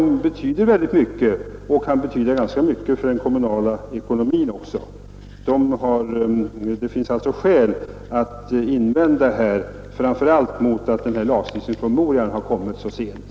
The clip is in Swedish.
Just lagstiftningsfrågorna kan ju betyda väldigt mycket för den kommunala ekonomin. Det finns alltså skäl att invända framför allt mot att lagstiftningspromemorian kommit så sent.